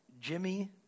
Jimmy